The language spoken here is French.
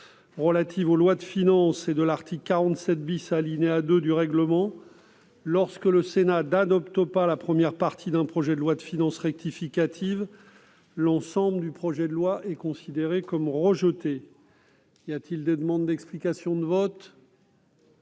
relative aux lois de finances et de l'article 47 , alinéa 2, du règlement, lorsque le Sénat n'adopte pas la première partie d'un projet de loi de finances rectificative, l'ensemble du projet de loi est considéré comme rejeté. Personne ne demande la parole ?